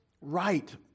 right